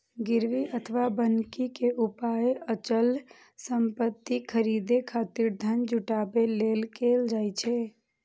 गिरवी अथवा बन्हकी के उपयोग अचल संपत्ति खरीदै खातिर धन जुटाबै लेल कैल जाइ छै